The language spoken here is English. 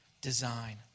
design